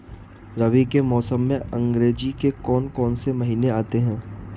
रबी के मौसम में अंग्रेज़ी के कौन कौनसे महीने आते हैं?